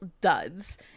duds